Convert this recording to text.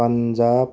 Punjab